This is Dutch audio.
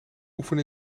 oefen